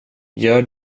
gör